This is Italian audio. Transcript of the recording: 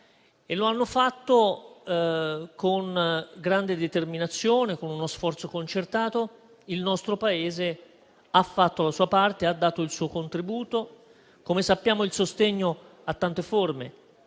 Lo hanno fatto con grande determinazione, con uno sforzo concertato. Il nostro Paese ha fatto la sua parte, ha dato il suo contributo e, come sappiamo, il sostegno a tante forme,